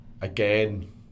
again